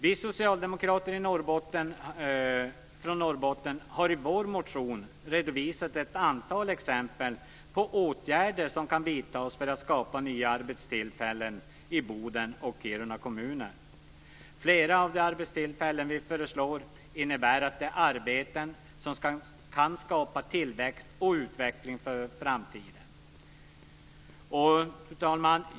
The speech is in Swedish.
Vi socialdemokrater från Norrbotten har i vår motion redovisat ett antal exempel på åtgärder som kan vidtas för att skapa nya arbetstillfällen i Boden och Kiruna kommuner. Flera av de arbetstillfällen vi har föreslagit innebär arbeten som kan skapa tillväxt och utveckling för framtiden. Fru talman!